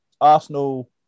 Arsenal